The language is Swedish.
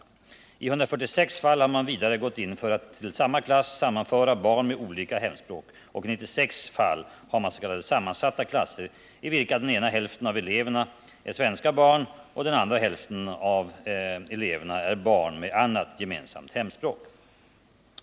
I 146 fall har man vidare gått in för att till samma klass sammanföra barn med olika hemspråk, och i 96 fall har man s.k. sammansatta klasser i vilka den ena hälften av eleverna är svenska barn och den andra hälften är barn med gemensamt hemspråk.